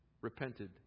repented